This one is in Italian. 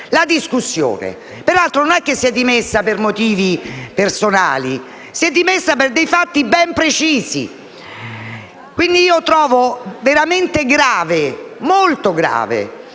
essa deputato. Peraltro non si è dimessa per motivi personali, ma si è dimessa per dei fatti ben precisi. Quindi trovo veramente grave, molto grave,